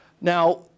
Now